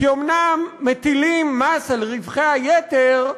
כי אומנם מטילים מס על רווחי היתר,